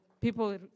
people